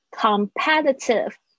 competitive